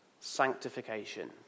sanctification